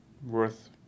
Worth